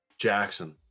Jackson